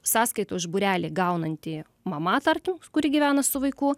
sąskaitą už būrelį gaunanti mama tarkim kuri gyvena su vaiku